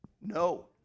No